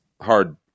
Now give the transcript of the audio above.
Hard